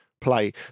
play